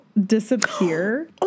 disappear